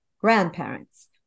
grandparents